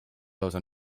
lausa